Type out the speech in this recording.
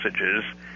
messages